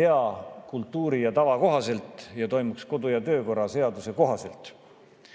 hea kultuuri ja tava kohaselt ning kodu- ja töökorra seaduse kohaselt.